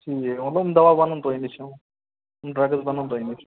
ٹھیٖک مطلب اۭم دوا بَنن تۄہہِ نِش آم ڈرگٕس بَنن تۄہہِ نِش